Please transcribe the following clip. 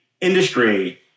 industry